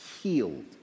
healed